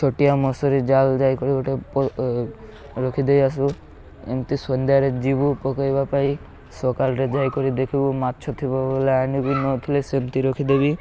ଛୋଟିଆ ମସୁରୀ ଜାଲ ଯାଇକରି ଗୋଟେ ରଖିଦେଇ ଆସୁ ଏମିତି ସନ୍ଧ୍ୟାରେ ଯିବୁ ପକାଇବା ପାଇଁ ସକାଳରେ ଯାଇକରି ଦେଖିବୁ ମାଛ ଥିବ ବୋଲେ ଆଣିବୁ ନଥିଲେ ସେମିତି ରଖିଦେବି